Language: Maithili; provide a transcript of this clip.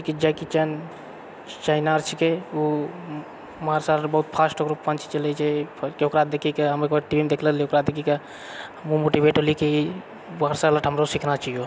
की जैकी चैन चाइनाके ओ मार्शल आर्ट बहुत फास्ट ओकरो पञ्च चलै छै ओकरा देखीके हम एकबेर टीभीमे देखले रहियै ओकरा देखीके हमहुँ मोटिवेट होली की मार्शल आर्ट हमरो सीखना चाहियो